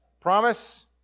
Promise